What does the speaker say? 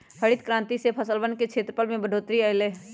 हरित क्रांति से फसलवन के क्षेत्रफल में बढ़ोतरी अई लय